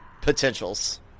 potentials